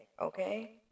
okay